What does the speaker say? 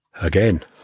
Again